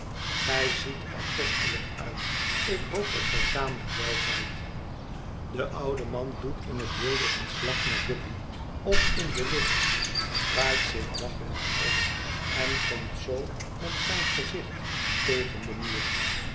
gij ziet er kostelijk uit ik hoop dat gij tamelijk wel zijt de oude man doet in het wilde een slag naar guppy of in de lucht draait zich waggelend om en komt zoo met zijn gezicht tegen den muur